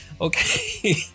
Okay